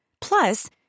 Plus